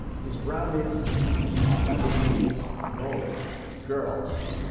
his brand is lamborghinis, knowledge, girls,